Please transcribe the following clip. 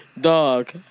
Dog